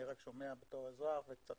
אני רק שומע בתור אזרח וקצת